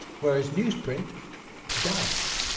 whereas newsprint does.